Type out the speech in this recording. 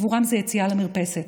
עבורם זה יציאה למרפסת,